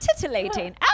titillating